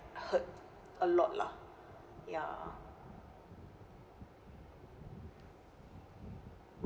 hurt a lot lah ya